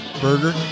burger